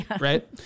right